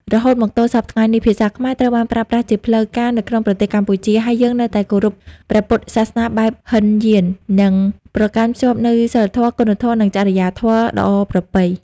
រហូតមកទល់សព្វថ្ងៃនេះ ភាសាខ្មែរត្រូវបានប្រើប្រាស់ជាផ្លូវការនៅក្នុងប្រទេសកម្ពុជា ហើយយើងនៅតែគោរពព្រះពុទ្ធសាសនាបែបហីនយាន និងប្រកាន់ខ្ជាប់នូវសីលធម៌ គុណធម៌ និងចរិយាធម៌ល្អប្រពៃ។